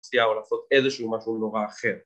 ‫שיציעו לעשות איזשהו משהו נורא אחר.